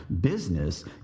business